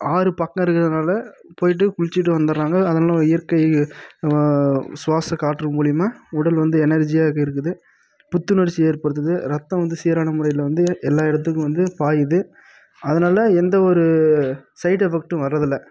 ஆறு பக்கம் இருக்கிறதுனால போயிட்டு குளிச்சிவிட்டு வந்துட்றாங்க அதனால் இயற்கை சுவாச காற்று மூலியமாக உடல் வந்து எனர்ஜியாக இருக்குது புத்துணர்ச்சியை ஏற்படுத்துது ரத்தம் வந்து சீரான முறையில் வந்து எல்லா இடத்துக்கும் வந்து பாயுது அதனால எந்தவொரு சைட் எஃபக்ட்டும் வர்றதில்லை